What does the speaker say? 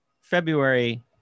february